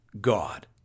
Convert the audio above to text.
God